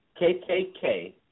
KKK